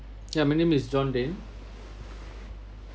yeah my name is john den